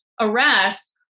arrests